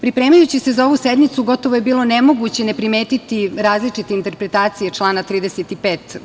Pripremajući se za ovu sednicu, gotovo je bilo nemoguće ne primetiti različite interpretacije člana 35.